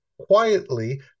quietly